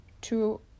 to